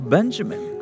Benjamin